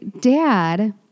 dad